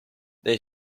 they